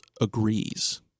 agrees